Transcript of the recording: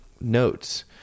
notes